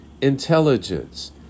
intelligence